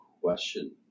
question